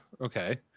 Okay